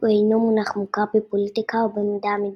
הוא אינו מונח מוכר בפוליטיקה או במדע המדינה.